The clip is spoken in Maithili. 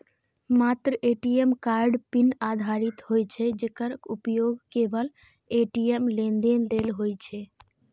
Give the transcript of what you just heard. मात्र ए.टी.एम कार्ड पिन आधारित होइ छै, जेकर उपयोग केवल ए.टी.एम लेनदेन लेल होइ छै